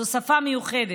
זו שפה מיוחדת.